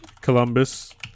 Columbus